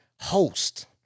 host